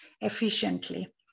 efficiently